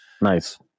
Nice